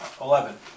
Eleven